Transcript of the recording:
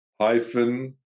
hyphen